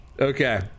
Okay